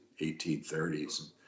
1830s